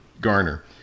Garner